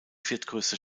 viertgrößte